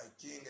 King